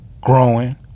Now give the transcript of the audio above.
Growing